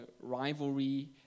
rivalry